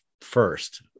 first